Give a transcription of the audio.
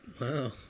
Wow